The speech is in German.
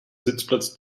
sitzplatz